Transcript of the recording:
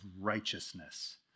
righteousness